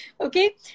Okay